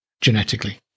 genetically